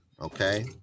Okay